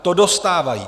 To dostávají.